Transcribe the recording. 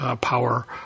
power